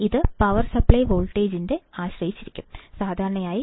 ഇത് power supply വോൾട്ടേജിനെ ആശ്രയിച്ചിരിക്കുന്നു സാധാരണയായി പ്ലസ് മൈനസ് 13